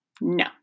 No